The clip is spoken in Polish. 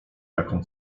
jaką